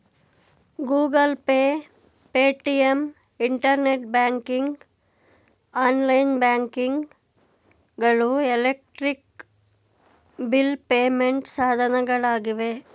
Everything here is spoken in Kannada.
Google pay, Paytm, internet banking, online banking ಗಳು ಎಲೆಕ್ಟ್ರಿಕ್ ಬಿಲ್ ಪೇಮೆಂಟ್ ಸಾಧನಗಳಾಗಿವೆ